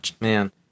man